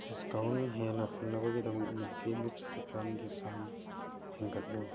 discount ꯍꯦꯟꯅ ꯐꯪꯅꯕꯒꯤꯗꯃꯛ ꯃꯤꯜꯀꯤ ꯃꯤꯠꯁ ꯁ꯭ꯔꯤꯀꯥꯟꯒꯤ ꯆꯥꯡ ꯍꯦꯟꯒꯠꯂꯨ